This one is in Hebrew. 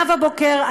נאוה בוקר,